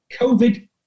Covid